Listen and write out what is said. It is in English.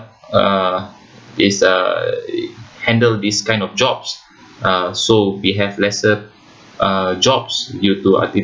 uh is uh handle this kind of jobs uh so we have lesser uh jobs due to artificial